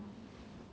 orh